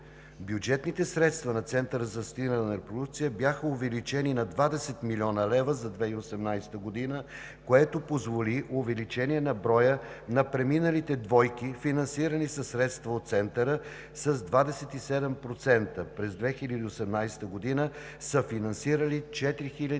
Бюджетните средства на Центъра за асистирана репродукция бяха увеличени на 20 млн. лв. за 2018 г., което позволи увеличение на броя на преминалите двойки, финансирани със средства от Центъра с 27%. През 2018 г. са финансирали 4 хиляди